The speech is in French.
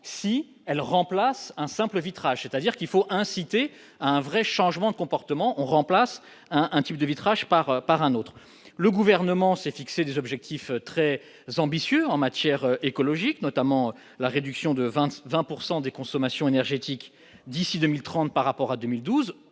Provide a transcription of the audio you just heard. si elle remplace un simple vitrage, c'est-à-dire qu'il faut inciter à un vrai changement de comportement, on remplace un intime de vitrage par par un autre, le gouvernement s'est fixé des objectifs très ambitieux en matière écologique, notamment la réduction de 20 20 pourcent des consommations énergétiques d'ici 2030, par rapport à 2012